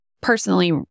personally